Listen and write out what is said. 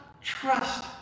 trust